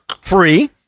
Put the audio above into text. free